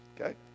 okay